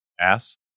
ass